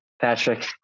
Patrick